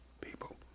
people